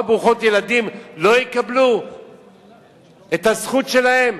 ברוכות ילדים לא יקבלו את הזכות שלהן?